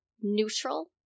neutral